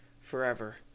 forever